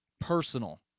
personal